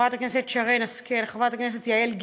לחברות הכנסת שרן השכל, יעל גרמן,